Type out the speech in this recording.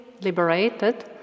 liberated